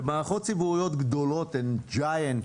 ומערכות ציבוריות גדולות הן giant,